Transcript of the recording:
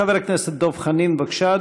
חבר הכנסת דב חנין, בבקשה.